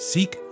Seek